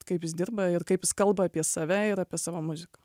kaip jis dirba ir kaip jis kalba apie save ir apie savo muziką